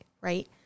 right